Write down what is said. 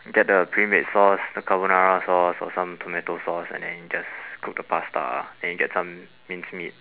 get the pre made sauce the carbonara sauce or some tomato sauce and then you just cook the pasta ah then you get some minced meat